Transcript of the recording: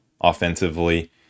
offensively